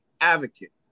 advocate